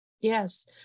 yes